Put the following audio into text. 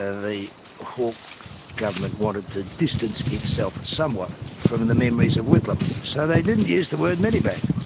ah the hawke government wanted to distance itself somewhat from the memories of whitlam, so they didn't use the word medibank,